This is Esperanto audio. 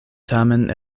tamen